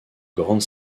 grand